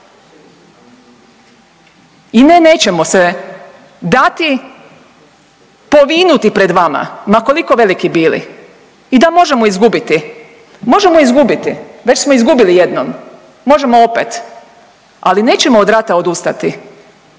I ne, nećemo se dati povinuti pred vama ma koliko veliki bili. I da, možemo izgubiti, možemo izgubiti već smo izgubili jednom, možemo opet ali nećemo od rata odustati